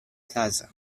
plaza